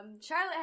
Charlotte